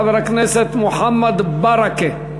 חבר הכנסת מוחמד ברכה,